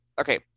Okay